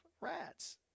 rats